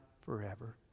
forever